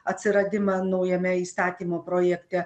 atsiradimą naujame įstatymo projekte